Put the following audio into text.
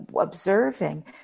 observing